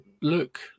look